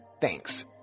Thanks